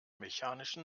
mechanischen